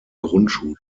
grundschule